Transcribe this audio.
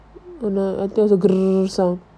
what's on the song